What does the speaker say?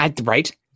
Right